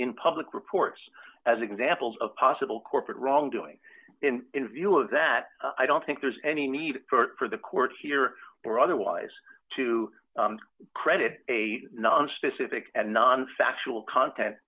in public reports as examples of possible corporate wrongdoing in view of that i don't think there's any need for the courts here or otherwise to credit a nonspecific and non factual content